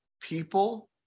people